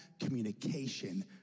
communication